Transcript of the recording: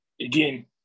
again